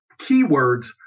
keywords